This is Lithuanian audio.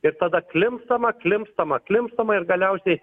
ir tada klimpstama klimpstama klimpstama ir galiausiai